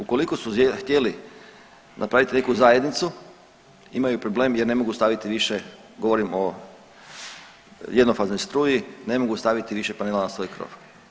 Ukoliko su htjeli napraviti neku zajednicu imaju problem jer ne mogu staviti više, govorim o jednofaznoj struji, ne mogu staviti više panela na svoj krov.